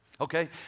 Okay